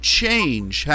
change